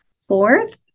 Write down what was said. Fourth